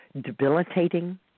debilitating